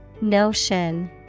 Notion